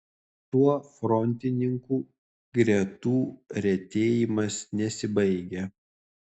tuo frontininkų gretų retėjimas nesibaigia